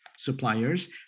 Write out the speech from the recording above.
suppliers